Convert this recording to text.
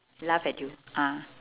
laughed at you ah